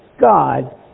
God